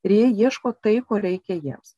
ir jie ieško tai ko reikia jiems